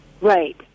Right